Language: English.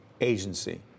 agency